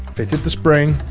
fitted the spring.